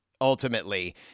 ultimately